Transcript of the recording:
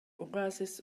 oasis